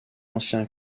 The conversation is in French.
ancien